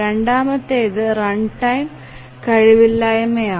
രണ്ടാമത്തേത് റൺടൈം കഴിവില്ലായ്മയാണ്